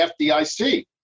FDIC